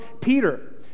Peter